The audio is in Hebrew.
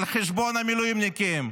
על חשבון המילואימניקים,